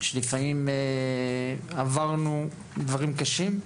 שלפעמים עברנו דברים קשים,